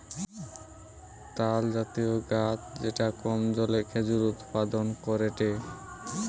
তালজাতীয় গাছ যেটা কম জলে খেজুর উৎপাদন করেটে